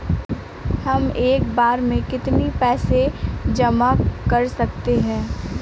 हम एक बार में कितनी पैसे जमा कर सकते हैं?